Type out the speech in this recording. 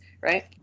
right